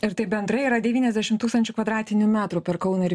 ir tai bendrai yra devyniasdešim tūkstančių kvadratinių metrų per kauną ir